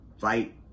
fight